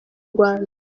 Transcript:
rwanda